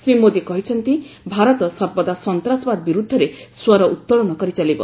ଶ୍ରୀ ମୋଦୀ କହିଛନ୍ତି ଭାରତ ସର୍ବଦା ସନ୍ତ୍ରାସବାଦ ବିରୁଦ୍ଧରେ ସ୍ୱର ଉତ୍ତୋଳନ କରିଚାଲିବ